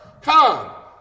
come